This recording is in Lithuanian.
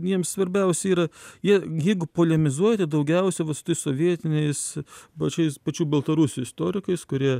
jiems svarbiausia yra jie jeigu polemizuoja tai daugiausia va su tais so vietiniais pačiais pačių baltarusių istorikais kurie